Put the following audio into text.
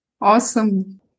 Awesome